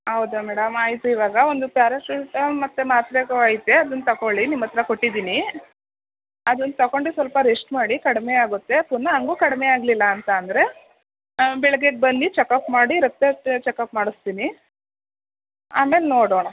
ಹೌದಾ ಮೇಡಮ್ ಆಯಿತು ಇವಾಗ ಒಂದು ಪ್ಯಾರಾಸಿಟಮ್ ಮತ್ತೇ ಮಾತ್ರೆ ಐತೇ ಅದನ್ನು ತಕ್ಕೊಳ್ಳಿ ನಿಮ್ಮತ್ತಿರ ಕೊಟ್ಟಿದ್ದೀನಿ ಅದನ್ನು ತಕ್ಕೊಂಡ್ರೆ ಸ್ವಲ್ಪ ರೆಸ್ಟ್ ಮಾಡಿ ಕಡಿಮೆಯಾಗುತ್ತೆ ಪುನಃ ಹಂಗು ಕಡಿಮೆ ಆಗಲಿಲ್ಲ ಅಂತ ಅಂದರೆ ಬೆಳಿಗ್ಗೆ ಬನ್ನಿ ಚಕಪ್ ಮಾಡಿ ರಕ್ತ ಚಕಪ್ ಮಾಡಿಸ್ತೀನಿ ಆಮೇಲೆ ನೋಡೋಣ